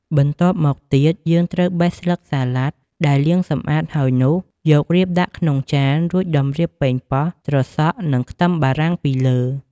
បន្ទាប់មកទៀត យើងត្រូវបេះស្លឹកសាឡាត់ដែលលាងសម្អាតហើយនោះយករៀបដាក់ក្នុងចាន រួចតម្រៀបប៉េងប៉ោះ ត្រសក់ និងខ្ទឹមបារាំងពីលើ។